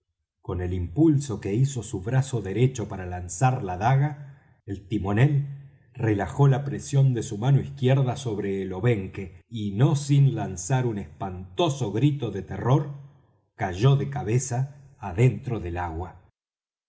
con el impulso que hizo su brazo derecho para lanzar la daga el timonel relajó la presión de su mano izquierda sobre el obenque y no sin lanzar un espantoso grito de terror cayó de cabeza adentro del agua